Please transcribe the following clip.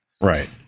right